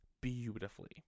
beautifully